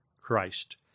Christ